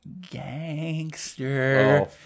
gangster